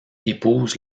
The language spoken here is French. épouse